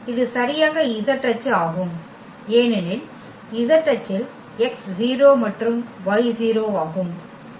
இது சரியாக z அச்சு ஆகும் ஏனெனில் z அச்சில் x 0 மற்றும் y 0 ஆகும்